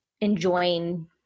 enjoying